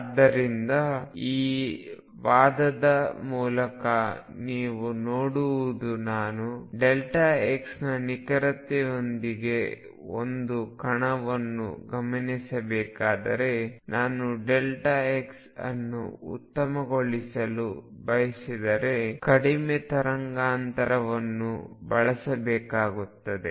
ಆದ್ದರಿಂದ ಈ ವಾದದ ಮೂಲಕ ನೀವು ನೋಡುವುದು ನಾನು x ನ ನಿಖರತೆಯೊಂದಿಗೆ ಒಂದು ಕಣವನ್ನು ಗಮನಿಸಬೇಕಾದರೆ ನಾನು x ಅನ್ನು ಉತ್ತಮಗೊಳಿಸಲು ಬಯಸಿದರೆಕಡಿಮೆ ತರಂಗಾಂತರವನ್ನು ಬಳಸಬೇಕಾಗುತ್ತದೆ